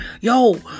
yo